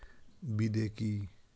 বিদে কি?